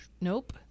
Nope